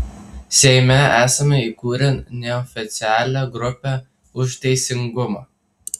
seime esame įkūrę neoficialią grupę už teisingumą